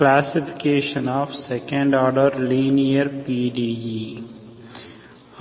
classification of second order linear PDE